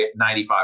95